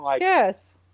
Yes